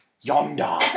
yonder